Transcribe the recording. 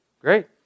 great